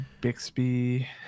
Bixby